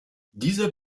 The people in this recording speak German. dieser